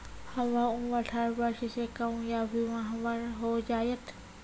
हमर उम्र अठारह वर्ष से कम या बीमा हमर हो जायत?